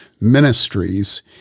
ministries